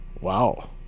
wow